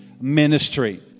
Ministry